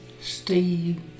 Steve